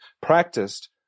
practiced